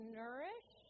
nourish